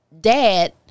dad